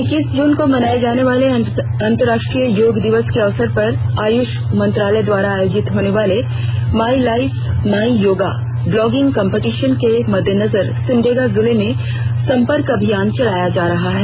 इक्कीस जून को मनाए जाने वाले अंतर्राष्ट्रीय योग दिवस के अवसर पर आयुष मंत्रालय द्वारा आयोजित होने वाले my life my yoga blogging competition के मद्देनजर सिमडेगा जिले में संपर्क अभियान चलाया जा रहा है